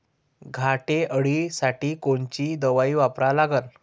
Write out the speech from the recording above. घाटे अळी साठी कोनची दवाई वापरा लागन?